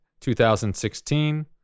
2016